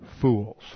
fools